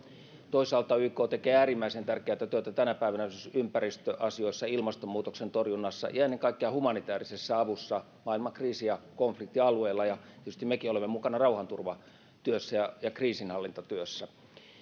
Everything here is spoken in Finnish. toisaalta yk tekee äärimmäisen tärkeätä työtä tänä päivänä esimerkiksi ympäristöasioissa ilmastonmuutoksen torjunnassa ja ennen kaikkea humanitaarisessa avussa maailman kriisi ja konfliktialueilla ja tietysti mekin olemme mukana rauhanturvatyössä ja ja kriisinhallintatyössä